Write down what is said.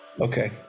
Okay